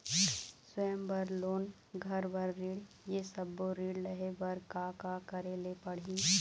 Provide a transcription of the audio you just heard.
स्वयं बर लोन, घर बर ऋण, ये सब्बो ऋण लहे बर का का करे ले पड़ही?